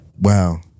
Wow